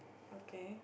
okay